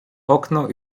okno